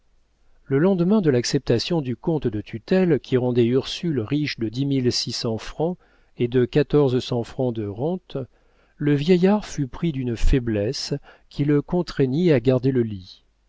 le lendemain de l'acceptation du compte de tutelle qui rendait ursule riche de dix mille six cents francs et de quatorze cents francs de rente le vieillard fut pris d'une faiblesse qui le contraignit à garder le lit